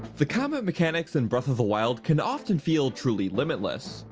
the combat mechanics in breath of the wild can often feel truly limitless.